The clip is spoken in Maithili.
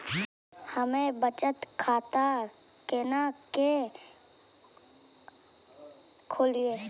हम्मे बचत खाता केना के खोलियै?